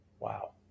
Wow